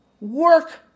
work